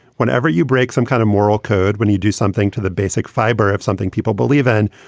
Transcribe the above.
whenever you break some kind of moral code, when you do something to the basic fiber of something people believe in,